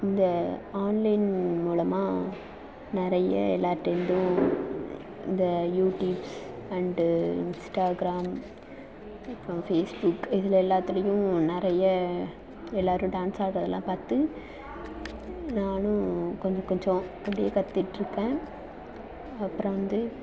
இந்த ஆன்லைன் மூலமாக நிறைய எல்லாருகிட்டேந்தும் இந்த யூடியூப்ஸ் அண்ட் இன்ஸ்டாகிராம் அப்புறம் ஃபேஸ்புக் இதில் எல்லாத்துலையும் நிறைய எல்லாரும் டான்ஸ் ஆடுறதுலாம் பார்த்து நானும் கொஞ்ச கொஞ்சம் அப்படியே கத்துகிட்ருக்கேன் அப்புறம் வந்து